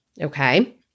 Okay